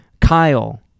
Kyle